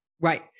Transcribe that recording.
Right